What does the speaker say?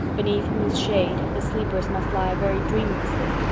beneath whose shade the sleepers must lie very dreamlessly,